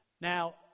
Now